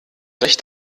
recht